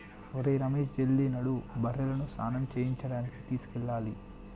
ఒరేయ్ రమేష్ జల్ది నడు బర్రెలను స్నానం చేయించడానికి తీసుకెళ్లాలి